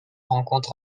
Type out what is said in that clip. rencontre